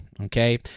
Okay